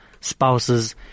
spouses